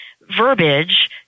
verbiage